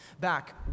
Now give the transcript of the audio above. back